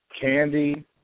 Candy